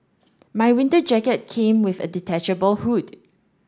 my winter jacket came with a detachable hood